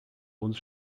uns